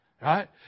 Right